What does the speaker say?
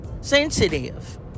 sensitive